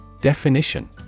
Definition